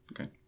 Okay